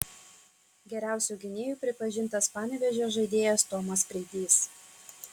geriausiu gynėju pripažintas panevėžio žaidėjas tomas preidys